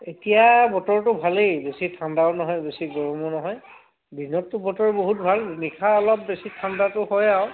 এতিয়া বতৰটো ভালেই বেছি ঠাণ্ডাও নহয় বেছি গৰমো নহয় দিনতো বতৰ বহুত ভাল নিশা অলপ বেছি ঠাণ্ডাটো হয় আৰু